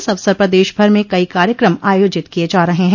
इस अवसर पर देश भर में कई कार्यक्रम आयोजित किये जा रहे हैं